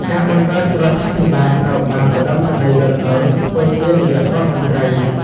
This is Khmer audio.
ការបង្កើតរដ្ឋាភិបាលត្រូវបានឧត្តមសេនីយ៍ លន់ នល់ ធ្វើជានាយករដ្ឋមន្ត្រី។